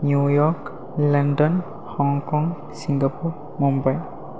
New York London Hong Kong Singapore Mumbai